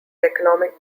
economic